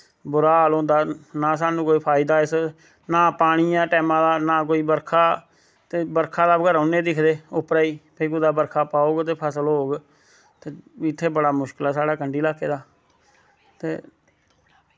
बुरा हाल होंदा ना स्हानू कोई फायदा इस ना कोई पानी ऐ टैमां दा ना कोई बर्खा ते बर्खा बल गै रौह्ने दिखदे उप्परे ई ते कुतै बर्खा पौग ते फसल होग ते इत्थें बड़ा मुश्कल ऐ साढ़े कंढी ल्हाके दा ते